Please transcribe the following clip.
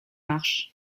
marches